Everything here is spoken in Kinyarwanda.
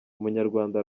umunyarwanda